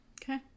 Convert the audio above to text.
okay